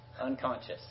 unconscious